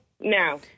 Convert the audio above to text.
No